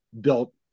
built